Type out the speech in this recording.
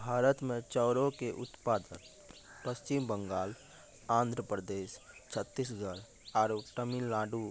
भारत मे चाउरो के उत्पादन पश्चिम बंगाल, आंध्र प्रदेश, छत्तीसगढ़ आरु तमिलनाडु